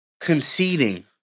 conceding